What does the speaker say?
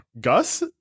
Gus